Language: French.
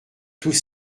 tous